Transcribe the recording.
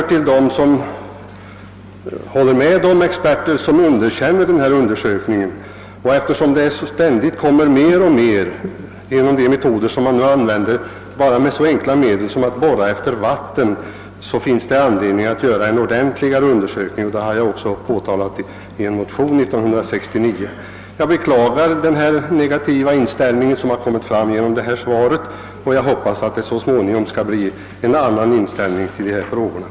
Jag tillhör dem som instämmer med de experter, vilka underkänner den nämnda undersökningen. Eftersom man ständigt stöter på gasförekomster vid användning av så enkla metoder, som tillämpas när man borrar efter vatten, finns det anledning att göra en grundligare undersökning, vilket jag också framhållit i en motion till 1969 års riksdag. Jag beklagar den negativa inställning som kommit till uttryck i svaret på min fråga, och jag hoppas att denna inställning så småningom skall ändras.